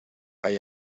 hay